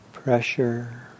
Pressure